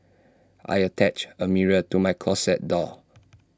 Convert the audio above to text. I attached A mirror to my closet door